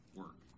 work